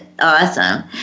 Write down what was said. Awesome